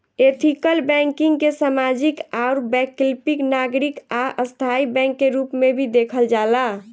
ethical banking के सामाजिक आउर वैकल्पिक नागरिक आ स्थाई बैंक के रूप में भी देखल जाला